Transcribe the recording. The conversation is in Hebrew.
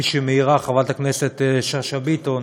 כפי שמעירה חברת הכנסת שאשא ביטון,